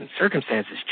circumstances